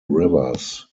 rivers